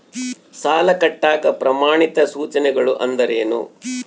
ಸಾಲ ಕಟ್ಟಾಕ ಪ್ರಮಾಣಿತ ಸೂಚನೆಗಳು ಅಂದರೇನು?